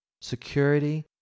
security